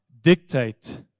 dictate